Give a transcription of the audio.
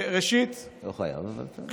לא חייב, אבל בסדר.